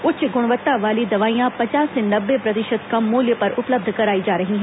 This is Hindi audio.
उच्च गुणवत्ता वाली दवाइयां पचास से नब्बे प्रतिशत कम मूल्य पर उपलब्य कराई जा रही हैं